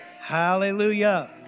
Hallelujah